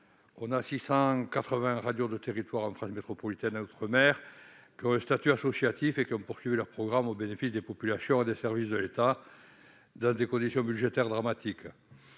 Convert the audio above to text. Les 680 radios de territoires en France métropolitaine et outre-mer, à statut associatif, ont poursuivi leurs programmes au bénéfice des populations et des services de l'État dans des conditions budgétaires dramatiques.